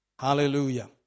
Hallelujah